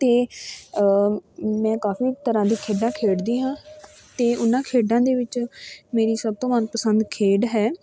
ਅਤੇ ਮੈਂ ਕਾਫੀ ਤਰ੍ਹਾਂ ਦੀ ਖੇਡਾਂ ਖੇਡਦੀ ਹਾਂ ਅਤੇ ਉਹਨਾਂ ਖੇਡਾਂ ਦੇ ਵਿੱਚ ਮੇਰੀ ਸਭ ਤੋਂ ਮਨਪਸੰਦ ਖੇਡ ਹੈ